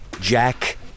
Jack